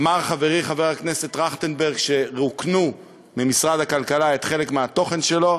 אמר חברי חבר הכנסת טרכטנברג שרוקנו ממשרד הכלכלה חלק מהתוכן שלו,